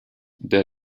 der